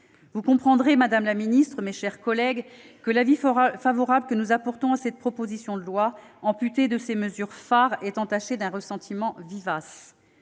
Vous comprendrez, madame la secrétaire d'État, mes chers collègues, que l'avis favorable que nous apportons à cette proposition de loi amputée de ces mesures phares est entaché d'un ressentiment vivace.